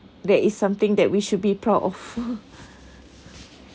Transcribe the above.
there is something that we should be proud of